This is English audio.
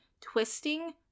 twisting